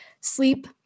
sleep